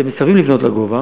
תמשיך לצעוק,